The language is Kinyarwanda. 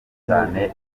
cyane